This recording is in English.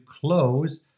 close